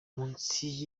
munsi